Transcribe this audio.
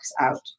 out